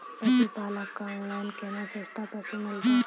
पशुपालक कऽ ऑनलाइन केना सस्ता पसु मिलतै?